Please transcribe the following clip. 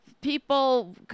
people